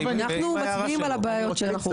שוב, אנחנו מצביעים על הבעיות שאנחנו רואים.